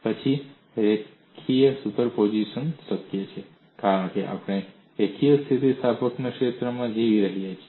પછી રેખીય સુપરપોઝિશન શક્ય છે કારણ કે આપણે રેખીય સ્થિતિસ્થાપકતાના ક્ષેત્રમાં જીવી રહ્યા છીએ